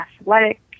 athletic